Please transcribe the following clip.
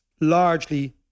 Largely